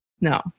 no